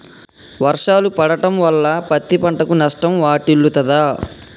వర్షాలు పడటం వల్ల పత్తి పంటకు నష్టం వాటిల్లుతదా?